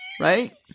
Right